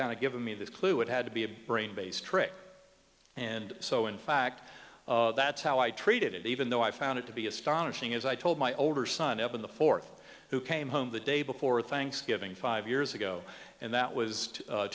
kind of given me this clue it had to be a brain based trick and so in fact that's how i treated it even though i found it to be astonishing as i told my older son evan the fourth who came home the day before thanksgiving five years ago and that was